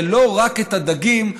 ולא רק את הדגים,